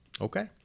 Okay